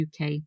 UK